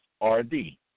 R-D